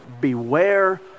Beware